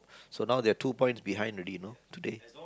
so now they're two points behind already you know today